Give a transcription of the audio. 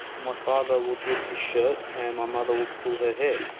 my father would rip his shirt and my mother would pull her hair.